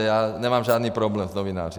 Já nemám žádný problém s novináři.